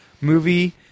movie